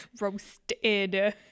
Roasted